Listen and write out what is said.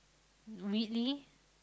really